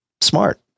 smart